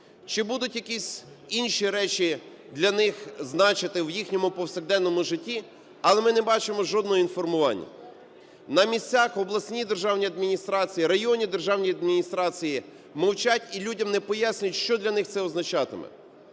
чи будуть якісь інші речі для них значити в їхньому повсякденному житті, але ми не бачимо жодного інформування. На місцях обласні державні адміністрації, районні державні адміністрації мовчать і людям не пояснюють що для них це означатиме.